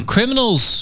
Criminals